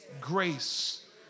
Grace